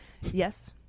yes